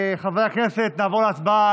חברי הכנסת, נעבור להצבעה.